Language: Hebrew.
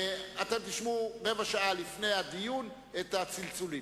אתם תשמעו רבע שעה לפני חידוש הדיון את הצלצולים.